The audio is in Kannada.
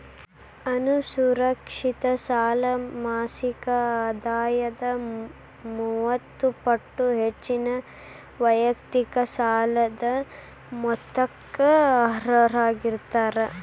ಅಸುರಕ್ಷಿತ ಸಾಲ ಮಾಸಿಕ ಆದಾಯದ ಮೂವತ್ತ ಪಟ್ಟ ಹೆಚ್ಚಿನ ವೈಯಕ್ತಿಕ ಸಾಲದ ಮೊತ್ತಕ್ಕ ಅರ್ಹರಾಗಿರ್ತಾರ